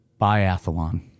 Biathlon